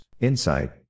Insight